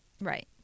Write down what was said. Right